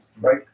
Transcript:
right